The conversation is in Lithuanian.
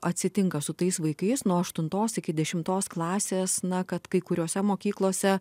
atsitinka su tais vaikais nuo aštuntos iki dešimtos klasės na kad kai kuriose mokyklose